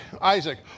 Isaac